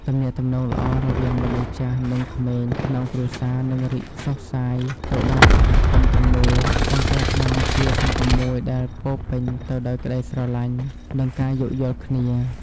ទំនាក់ទំនងល្អរវាងមនុស្សចាស់និងក្មេងក្នុងគ្រួសារនឹងរីកសុសសាយទៅដល់សហគមន៍ទាំងមូល បង្កើតបានជាសង្គមមួយដែលពោរពេញទៅដោយក្តីស្រឡាញ់ និងការយោគយល់គ្នា។